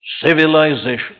Civilization